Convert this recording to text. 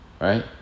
right